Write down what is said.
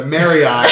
Marriott